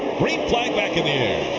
green flag back in the air!